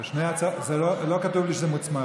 לא כתוב לי שזה מוצמד.